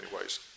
ways